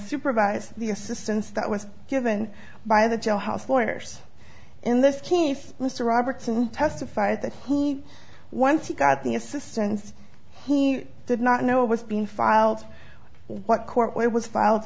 supervise the assistance that was given by the jailhouse lawyers in this case mr robertson testified that he once he got the assistance he did not know it was being filed what court was filed